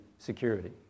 Security